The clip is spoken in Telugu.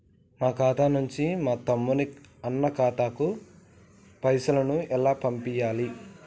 మా ఖాతా నుంచి మా తమ్ముని, అన్న ఖాతాకు పైసలను ఎలా పంపియ్యాలి?